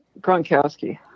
Gronkowski